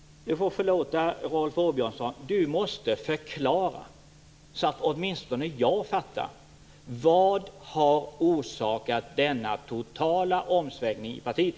Rolf Åbjörnsson får förlåta, men han måste förklara så att åtminstone jag fattar: Vad har orsakat denna totala omsvängning i partiet?